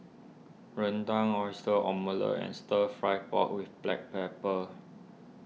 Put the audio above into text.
Rendang Oyster Omelette and Stir Fry Pork with Black Pepper